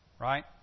right